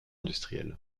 industriel